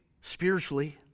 spiritually